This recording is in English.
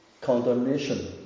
condemnation